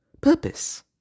purpose